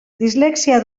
dislexia